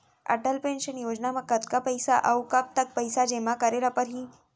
Atal Pension Yojana म कतका पइसा, अऊ कब तक पइसा जेमा करे ल परही?